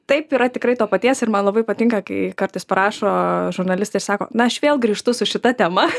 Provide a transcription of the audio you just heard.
taip yra tikrai to paties ir man labai patinka kai kartais parašo žurnalistė ir sako na aš vėl grįžtu su šita tema